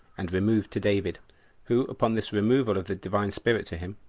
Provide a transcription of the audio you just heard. and removed to david who, upon this removal of the divine spirit to him,